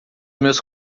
meus